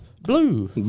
Blue